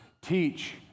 teach